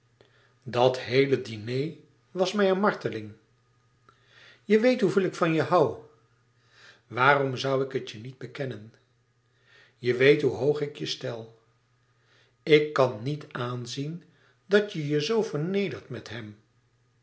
dat heele diner was mij een marteling je weet hoeveel ik van je hoû waarom zoû ik het je niet bekennen je weet hoe hoog ik je stel ik kan niet aanzien dat je je zoo vernedert met hem